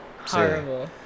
Horrible